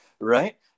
Right